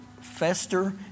fester